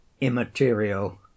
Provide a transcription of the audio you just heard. IMMATERIAL